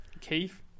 Keith